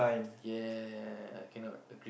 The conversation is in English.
ya I cannot